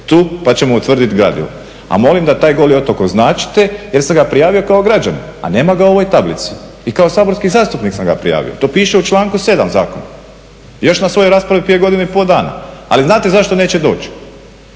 tu pa ćemo utvrdit gradivo. A molim da taj Goli otok označite jer sam ga prijavio kao građanin, a nema ga u ovoj tablici i kao saborski zastupnik sam ga prijavio, to piše u članku 7. zakona, još na svojoj raspravi prije godinu i pol dana. Ali znate zašto neće doći,